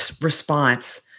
response